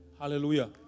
Hallelujah